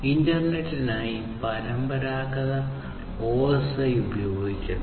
ഇന്റർനെറ്റിനായി പരമ്പരാഗത OSI ഉപയോഗിക്കുന്നു